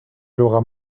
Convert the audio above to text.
aura